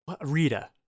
Rita